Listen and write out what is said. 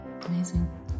Amazing